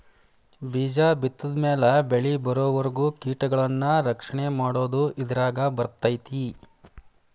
ಬೇಜ ಬಿತ್ತಿದ ಮ್ಯಾಲ ಬೆಳಿಬರುವರಿಗೂ ಕೇಟಗಳನ್ನಾ ರಕ್ಷಣೆ ಮಾಡುದು ಇದರಾಗ ಬರ್ತೈತಿ